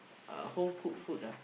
uh homecooked food ah